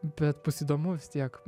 bet bus įdomu vis tiek